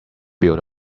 built